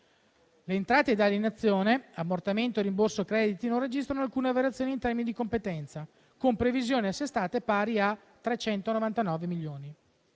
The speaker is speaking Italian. Le entrate da alienazioni, ammortamento e rimborso crediti non registrano alcuna variazione in termini di competenza, con previsioni assestate pari a circa 399 milioni.